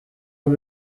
ubu